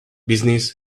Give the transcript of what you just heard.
business